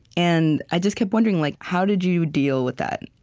and i just kept wondering, like how did you deal with that?